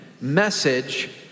message